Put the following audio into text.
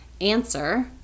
answer